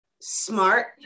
smart